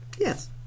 Yes